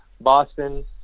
Boston